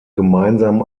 gemeinsam